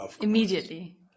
immediately